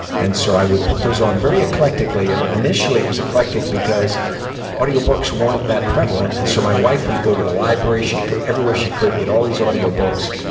and so i would put those on very eclectically. and initially, it was eclectic because audio books weren't that prevalent. and so my wife would go to the library, she's go everywhere she could, get all these audio books.